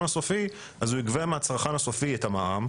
הסופי אז הוא יגבה מהצרכן הסופי את המע"מ,